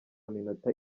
n’iminota